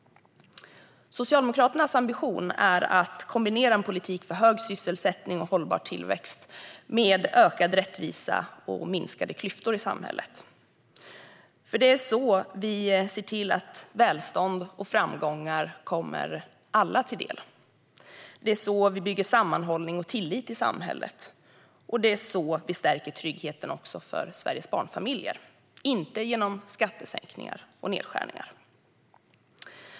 Socialdemokraternas ambition är att kombinera en politik för hög sysselsättning och hållbar tillväxt med ökad rättvisa och minskade klyftor i samhället. Det är så vi ser till att välstånd och framgångar kommer alla till del. Det är så vi bygger sammanhållning och tillit i samhället. Det är så vi stärker tryggheten också för Sveriges barnfamiljer. Detta sker inte genom skattesänkningar och nedskärningar.